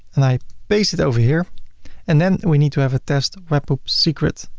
and i paste it over here and then we need to have a test webhook secret.